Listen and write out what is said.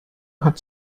hat